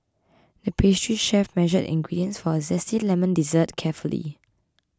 the pastry chef measured the ingredients for a Zesty Lemon Dessert carefully